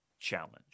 challenge